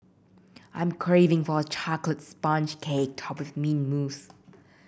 I'm craving for a chocolate sponge cake topped with mint mousse